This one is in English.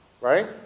right